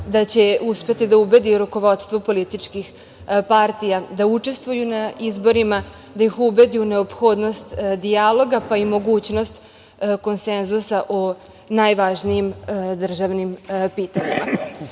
da će uspeti da ubedi rukovodstvo političkih partija da učestvuju na izborima, da ih ubedi u neophodnost dijaloga, pa i mogućnost konsenzusa o najvažnijim državnim pitanjima.